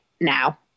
now